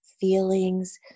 feelings